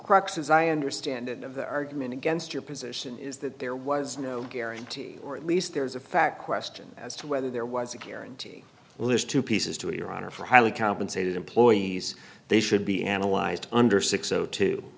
crux as i understand it of the argument against your position is that there was no guarantee or at least there was a fact question as to whether there was a guarantee list to pieces to iran or for highly compensated employees they should be analyzed under six